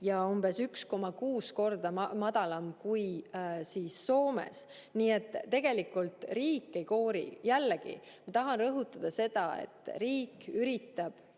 ja umbes 1,6 korda madalam kui Soomes. Nii et tegelikult riik ei koori. Jällegi, ma tahan rõhutada seda, et riik üritab